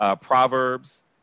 Proverbs